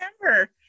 remember